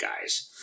guys